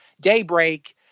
daybreak